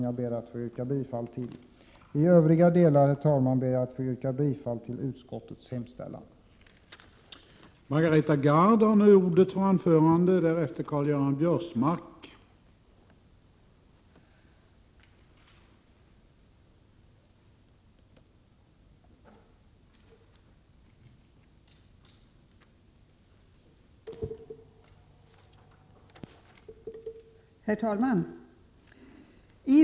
Jag ber att få yrka bifall till reservation 14. Herr talman! Jag ber att få yrka bifall till utskottets hemställan i övriga delar.